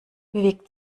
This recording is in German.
bewegt